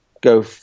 go